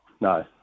No